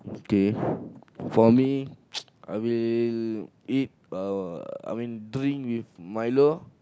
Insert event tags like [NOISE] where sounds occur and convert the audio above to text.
okay for me [NOISE] I will eat uh I mean drink with milo